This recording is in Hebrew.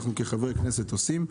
אנחנו כחברי כנסת עושים.